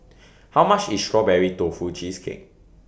How much IS Strawberry Tofu Cheesecake